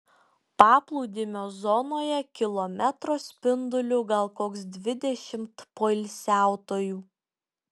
paplūdimio zonoje kilometro spinduliu gal koks dvidešimt poilsiautojų